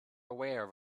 aware